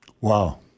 Wow